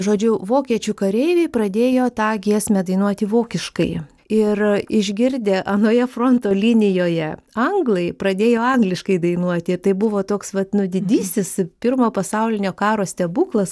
žodžiu vokiečių kareiviai pradėjo tą giesmę dainuoti vokiškai ir išgirdę anoje fronto linijoje anglai pradėjo angliškai dainuoti tai buvo toks vat nu didysis pirmo pasaulinio karo stebuklas